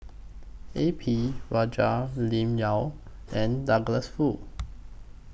A P Rajah Lim Yau and Douglas Foo